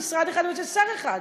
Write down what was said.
במשרד אחד או אצל שר אחד.